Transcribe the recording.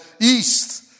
East